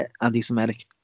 anti-Semitic